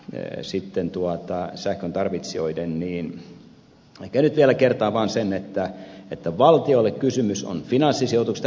ne sähköntarvitsijoiden niin ehkä nyt vielä kertaan vaan sen että valtiolle kysymys on finanssisijoituksesta